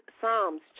Psalms